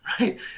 right